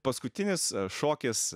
paskutinis šokis